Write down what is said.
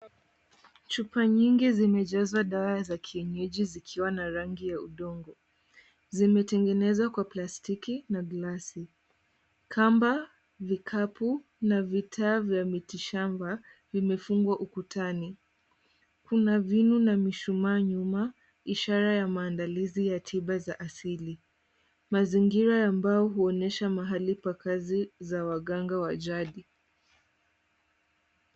Chupa nyingi zimejazwa dawa za kienyeji zikiwa na rangi ya udongo. Zimetengenezwa kwa plastiki na glasi. Kamba ,vikapu na vitaa vya miti shamba vimefungwa ukutani. Kuna vinu na mishumaa nyuma ishara ya maandalizi ya tiba za asili. Mazingira ya mbao huonyesha mahali pa kazi za waganga wa jadi.